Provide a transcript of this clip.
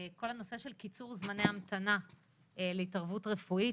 כל הנושא של קיצור זמני המתנה להתערבות רפואית,